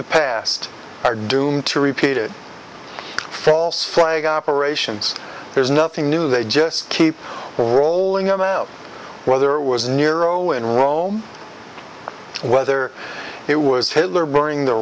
the past are doomed to repeat it false flag operations there's nothing new they just keep rolling them out whether it was nero in rome whether it was hitler burning the